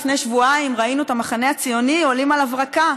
לפני שבועיים ראינו את המחנה הציוני עולים על הברקה: